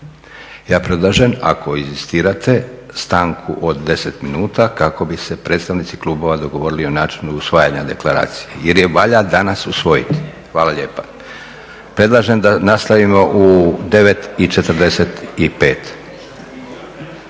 Ja predlažem ako inzistirate stanku od 10 minuta kako bi se predstavnici klubova dogovorili o načinu usvajanja Deklaracije jer je valja danas usvojiti. Hvala lijepa. Predlažem da nastavimo u 9,45.